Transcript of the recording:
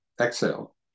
exhale